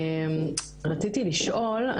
רציתי לשאול,